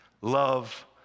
Love